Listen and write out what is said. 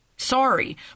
Sorry